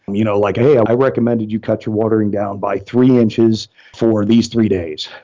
and you know like, hey, i recommend you cut you watering down by three inches for these three days,